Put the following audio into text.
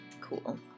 Cool